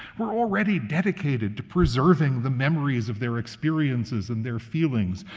were already dedicated to preserving the memories of their experiences and their feelings,